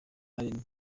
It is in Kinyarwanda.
alain